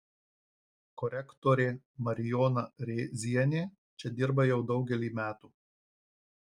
korektorė marijona rėzienė čia dirba jau daugelį metų